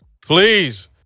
please